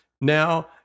now